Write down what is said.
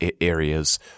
Areas